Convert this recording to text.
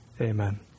Amen